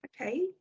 Okay